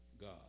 God